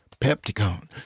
Pepticon